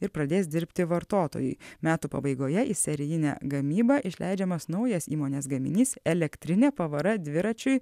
ir pradės dirbti vartotojui metų pabaigoje į serijinę gamybą išleidžiamas naujas įmonės gaminys elektrinė pavara dviračiui